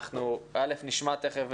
אנחנו א' נשמע תכף.